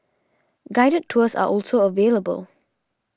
guided tours are also available